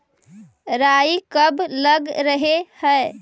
राई कब लग रहे है?